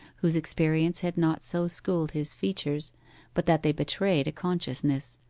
whose experience had not so schooled his features but that they betrayed a consciousness,